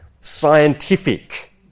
scientific